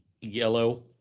yellow